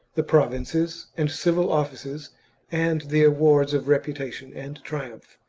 the provinces, and civil offices and the awards of reputation and triumph.